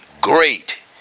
great